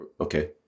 Okay